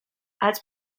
als